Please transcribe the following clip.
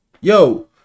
yo